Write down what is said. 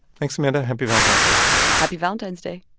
thanks, amanda. happy valentine's day happy valentine's day